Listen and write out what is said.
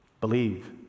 Believe